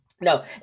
No